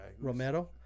Romero